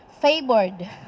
favored